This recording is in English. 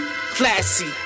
classy